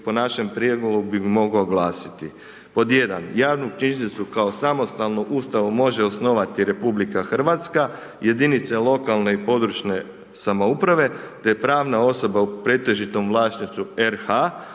po našem prijedlogu bi mogao glasiti, pod 1: javnu knjižnicu kao samostalnu ustanovu može osnivati RH, jedinice lokalne i područne samouprave, te pravna osoba u pretežitom vlasništvu RH